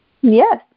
Yes